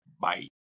bye